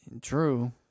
True